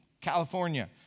California